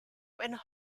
when